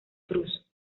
cruz